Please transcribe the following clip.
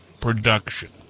production